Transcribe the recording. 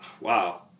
wow